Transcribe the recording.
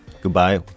Goodbye